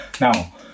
Now